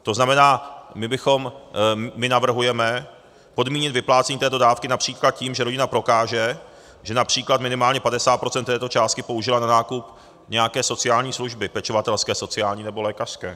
To znamená, my navrhujeme podmínit vyplácení této dávky například tím, že rodina prokáže, že například minimálně 50 % této částky použila na nákup nějaké sociální služby, pečovatelské, sociální nebo lékařské.